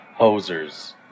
hosers